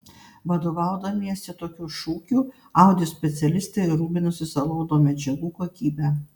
vadovaudamiesi tokiu šūkiu audi specialistai rūpinosi salono medžiagų kokybe